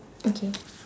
okay